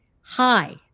Hi